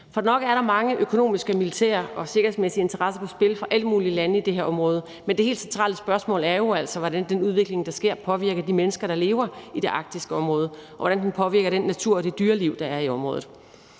For nok er der mange økonomiske, militære og sikkerhedsmæssige interesser på spil for alle mulige lande i det her område, men det helt centrale spørgsmål er jo, hvordan den udvikling, der sker, påvirker de mennesker, der lever i det arktiske område, og hvordan den påvirker den natur og det dyreliv, der er i området,